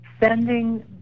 sending